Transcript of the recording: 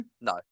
No